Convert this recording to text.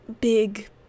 big